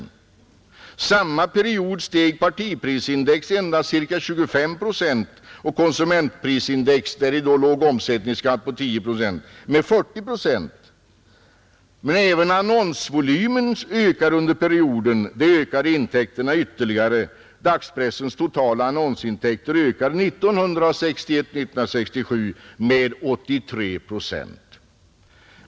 Under samma period steg partiprisindex med endast cirka 25 procent och konsumentprisindex — däri då låg omsättningsskatt med 10 procent — med 40 procent. Men även annonsvolymen ökade under perioden. Det ökade intäkterna ytterligare. Dagspressens totala annonsintäkter ökade åren 1961-1967 med 83 procent.